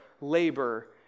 labor